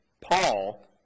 Paul